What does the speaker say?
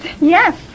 Yes